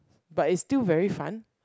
but it's still very fun